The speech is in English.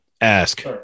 ask